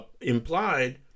implied